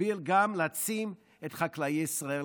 ובמקביל גם להעצים את חקלאי ישראל.